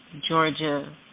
Georgia